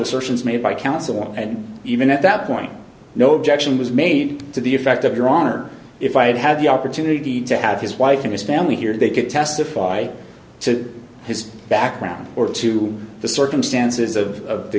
search made by counsel and even at that point no objection was made to the effect of your honor if i had had the opportunity to have his wife and his family here they could testify to his background or to the circumstances of